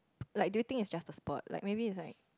like do you think is just a sport like maybe like